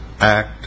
act